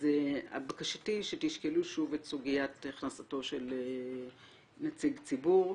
אז בקשתי היא שתשקלו שוב את סוגיית הכנסתו של נציג ציבור.